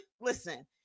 listen